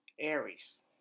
Aries